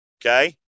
Okay